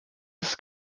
das